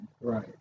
Right